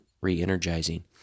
re-energizing